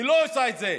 היא לא עושה את זה.